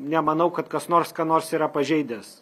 nemanau kad kas nors ką nors yra pažeidęs